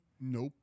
Nope